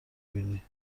بینی